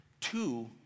two